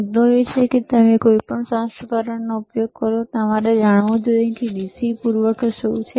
મુદ્દો એ છે કે તમે કોઈપણ સંસ્કરણનો ઉપયોગ કરો છો તમારે જાણવું જોઈએ કે DC પૂરવઠો શું છે